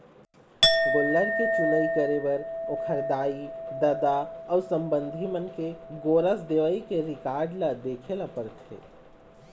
गोल्लर के चुनई करे बर ओखर दाई, ददा अउ संबंधी मन के गोरस देवई के रिकार्ड ल देखे ल परथे